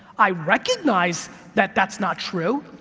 i recognize that that's not true,